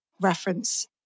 reference